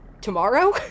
Tomorrow